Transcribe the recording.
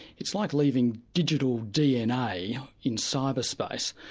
it's like leaving digital dna in cyberspace,